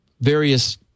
various